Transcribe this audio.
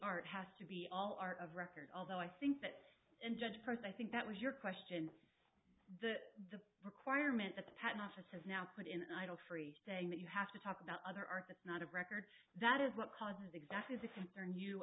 art has to be all art of record although i think that and judge first i think that was your question that the requirement that the patent office has now put in idle free saying that you have to talk about other artists not of record that is what causes exactly is a concern you